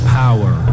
power